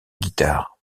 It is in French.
guitare